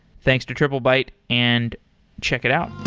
thanks to triplebyte and check it out